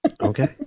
Okay